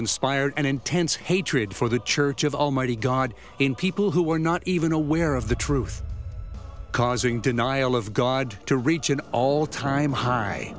inspired an intense hatred for the church of almighty god in people who were not even aware of the truth causing denial of god to reach an all time high